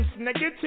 negative